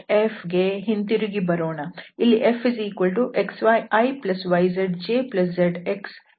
Fಗೆ ಹಿಂತಿರುಗಿ ಬರೋಣ ಇಲ್ಲಿ Fxyiyzjxzk